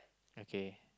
okay